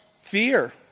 fear